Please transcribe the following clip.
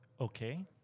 okay